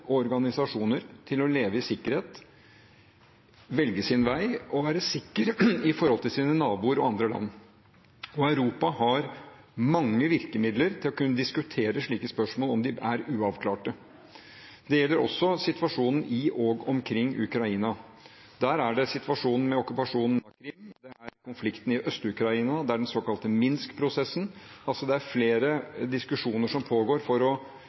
organisasjoner, til å leve i sikkerhet, velge sin vei og være sikker i forhold til sine naboer og andre land. Europa har mange virkemidler til å kunne diskutere slike spørsmål om de er uavklarte. Det gjelder også situasjonen i og omkring Ukraina, der det er situasjonen med okkupasjonen av Krim, konflikten i Øst-Ukraina og den såkalte Minsk-prosessen. Det er altså flere diskusjoner som pågår for å